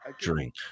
drink